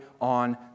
on